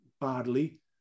badly